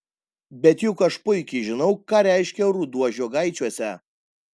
bet juk aš puikiai žinau ką reiškia ruduo žiogaičiuose